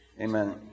Amen